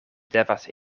devas